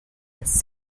its